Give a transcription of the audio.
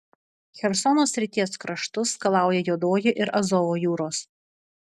chersono srities kraštus skalauja juodoji ir azovo jūros